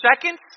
seconds